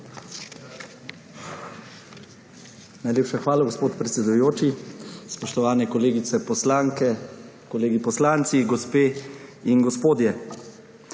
Najlepša hvala, gospod predsedujoči. Spoštovane kolegice, poslanke, kolegi poslanci, gospe in gospodje!